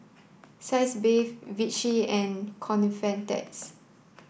sitz bath Vichy and Convatec